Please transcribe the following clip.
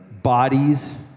Bodies